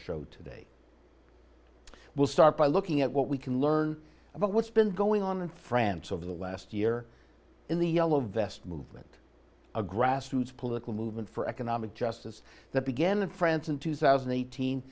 show today we'll start by looking at what we can learn about what's been going on in france over the last year in the yellow vest movement a grassroots political movement for economic justice that began in france in two thousand and eighteen